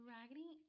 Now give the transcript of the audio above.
Raggedy